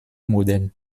moderne